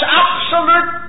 absolute